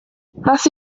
was